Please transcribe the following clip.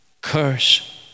curse